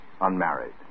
Unmarried